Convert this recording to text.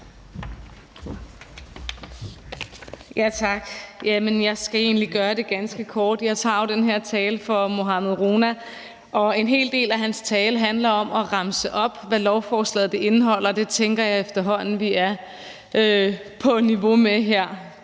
egentlig gøre det ganske kort. Jeg tager den her tale for Mohammad Rona, og en hel del af hans tale handler om at remse op, hvad lovforslaget indeholder, og det tænker jeg efterhånden vi er på niveau med her,